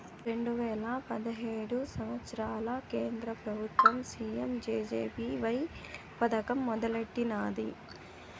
రెండు వేల పదహైదు సంవత్సరంల కేంద్ర పెబుత్వం పీ.యం జె.జె.బీ.వై పదకం మొదలెట్టినాది